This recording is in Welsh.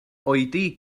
oedi